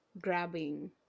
grabbing